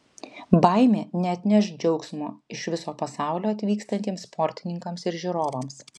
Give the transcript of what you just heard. baimė neatneš džiaugsmo iš viso pasaulio atvykstantiems sportininkams ir žiūrovams